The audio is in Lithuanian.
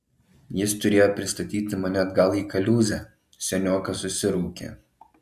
jis turėjo pristatyti mane atgal į kaliūzę seniokas susiraukė